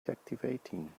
captivating